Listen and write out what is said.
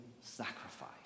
sacrifice